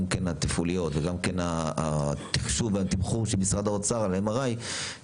גם התפעלויות וגם התחשוב והתמחור של משרד האוצר על MRI,